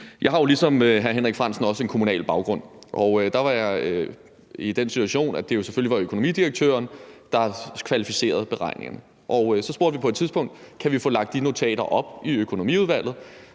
Jeg har jo ligesom hr. Henrik Frandsen også en kommunal baggrund, og der var jeg i den situation, at det selvfølgelig var økonomidirektøren, der kvalificerede beregningerne. Så spurgte vi på et tidspunkt, om vi kunne få lagt de notater op i økonomiudvalget,